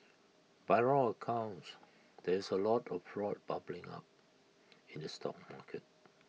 by all accounts there is A lot of A proud bubbling up in the stock market